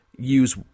use